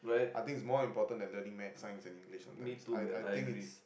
I think is more important than learning maths science and English sometimes I I think it's